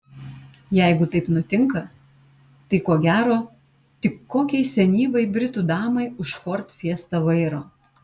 jei taip nutinka tai ko gero tik kokiai senyvai britų damai už ford fiesta vairo